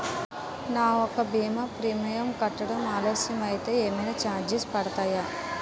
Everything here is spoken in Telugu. నా యెక్క భీమా ప్రీమియం కట్టడం ఆలస్యం అయితే ఏమైనా చార్జెస్ పడతాయా?